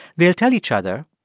they'll tell each other,